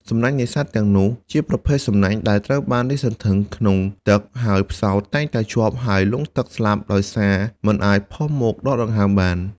សំណាញ់នេសាទទាំងនោះជាប្រភេទសំណាញ់ដែលត្រូវបានលាតសន្ធឹងក្នុងទឹក ហើយផ្សោតតែងតែជាប់ហើយលង់ទឹកស្លាប់ដោយសារមិនអាចផុសមកដកដង្ហើមបាន។